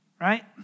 right